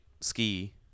Ski